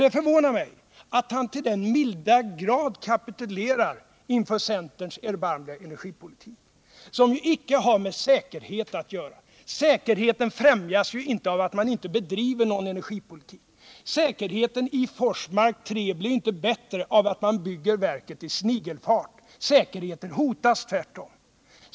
Det förvånar mig att Gösta Bohman så till den milda grad kapitulerar inför centerns erbarmliga energipolitik, som ju icke har med säkerhet att göra. Säkerheten främjas ju inte av att man inte bedriver någon energipolitik. Säkerheten i Forsmark 3 blir inte bättre av att man bygger verket i snigelfart — säkerheten hotas tvärtom.